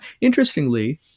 interestingly